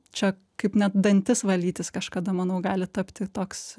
čia kaip net dantis valytis kažkada manau gali tapti toks